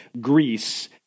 Greece